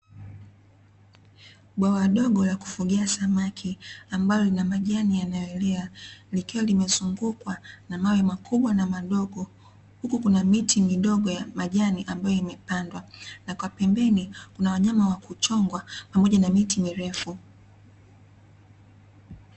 Bwawa dogo la kufugia samaki ambalo lina majani yanayoelea likiwa limezungukwa na mawe makubwa na madogo, huku kuna miti midogo ya majani ambayo imepandwa, na kwa pembeni kuna wanyama wa kuchongwa pamoja na miti mirefu.